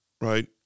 right